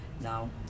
now